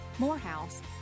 Morehouse